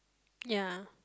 ya